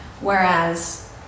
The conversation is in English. whereas